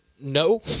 No